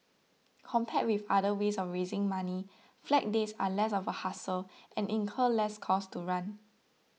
compared with other ways of raising money flag days are less of a hassle and incur less cost to run